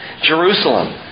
Jerusalem